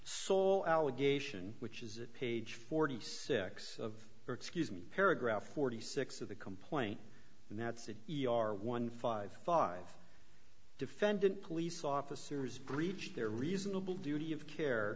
sole allegation which is page forty six of or excuse me paragraph forty six of the complaint that's an e r one five five defendant police officers breached their reasonable duty of care